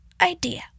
idea